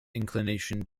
inclination